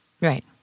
right